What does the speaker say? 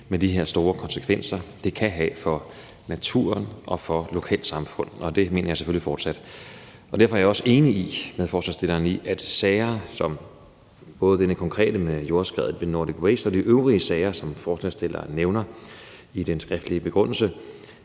har de her store konsekvenser, som det kan have for naturen og for lokalsamfundet, og det mener jeg selvfølgelig fortsat. Derfor er jeg også enig med forslagsstilleren i, at sager som både den konkrete med jordskredet ved Nordic Waste og de øvrige sager, som forslagsstilleren nævner i den skriftlige begrundelse,